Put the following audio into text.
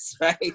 right